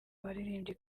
abaririmbyi